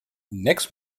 next